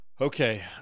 Okay